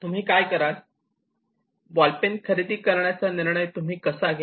तुम्ही काय कराल बॉलपेन खरेदी करण्याचा निर्णय तुम्ही कसा घ्याल